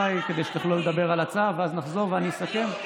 כדי שתוכלו לדבר על הצו ואז נחזור ואני אסכם?